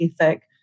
ethic